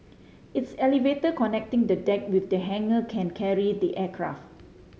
its elevator connecting the deck with the hangar can carry the aircraft